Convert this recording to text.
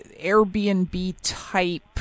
Airbnb-type